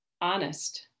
honest